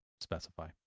specify